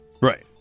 Right